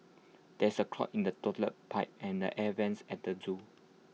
there is A clog in the Toilet Pipe and the air Vents at the Zoo